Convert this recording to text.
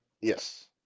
Yes